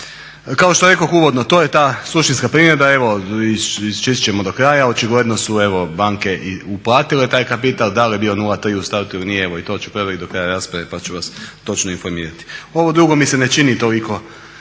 Kao što rekoh uvodno to je ta suštinska primjedba, evo raščistit ćemo do kraja očigledno su banke uplatile taj kapital. Da li je bio 0,3 u startu ili nije, evo to ću provjeriti do kraja rasprave pa ću vas točno informirati. Ovo drugo mi se ne čini toliko